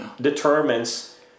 determines